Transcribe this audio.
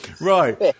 right